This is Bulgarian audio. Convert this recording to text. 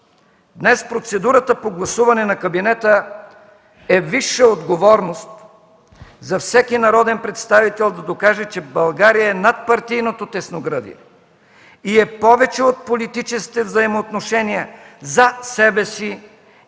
Днес процедурата по гласуването на кабинета е висша отговорност за всеки народен представител, за да докаже, че България е над партийното тесногръдие и е повече от политическите взаимоотношения за себе си